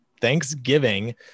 thanksgiving